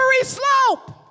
slope